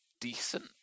decent